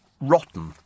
rotten